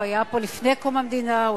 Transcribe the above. הוא היה פה לפני קום המדינה,